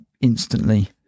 instantly